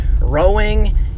rowing